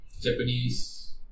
Japanese